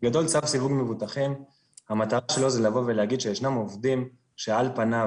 בגדול צו סיווג מבוטחים המטרה שלו לבוא ולהגיד שישנם עובדים שעל פניו,